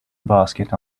basket